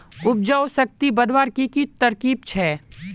उपजाऊ शक्ति बढ़वार की की तरकीब छे?